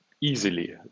easily